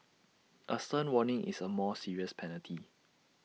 A stern warning is A more serious penalty